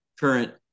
Current